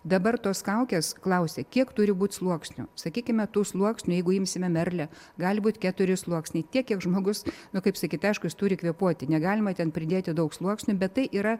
dabar tos kaukės klausė kiek turi būt sluoksnių sakykime tų sluoksnių jeigu imsime merlę gali būt keturi sluoksniai tiek kiek žmogus nu kaip sakyt aišku jis turi kvėpuoti negalima ten pridėti daug sluoksnių bet tai yra